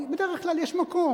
בדרך כלל יש מקום,